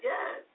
Yes